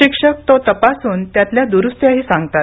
शिक्षक तो तपासून त्यातल्या दुरुस्त्या सांगतात